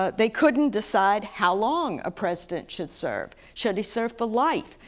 ah they couldn't decide how long a president should serve should he serve for life,